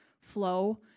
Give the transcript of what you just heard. flow